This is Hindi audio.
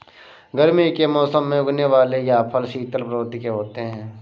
गर्मी के मौसम में उगने वाले यह फल शीतल प्रवृत्ति के होते हैं